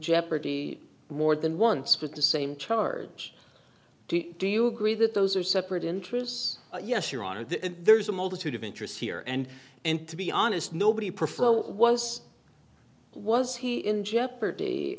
jeopardy more than once with the same charge do you agree that those are separate interests yes your honor there's a multitude of interests here and and to be honest nobody prefer was was he in jeopardy